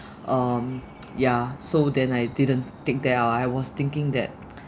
um yeah so then I didn't take that I I was thinking that